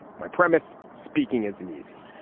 my premise speaking isn't easy.